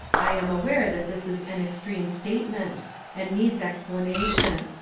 i am aware that this is an extreme statement and needs explanation.